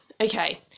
okay